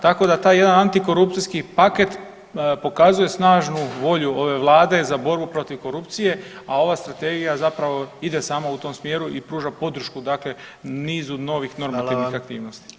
Tako da taj jedan antikorupcijski paket pokazuje snažnu volju ove vlade za borbu protiv korupcije, a ova strategija zapravo ide samo u tom smjeru i pruža podršku dakle nizu novih normativnih aktivnosti.